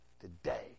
today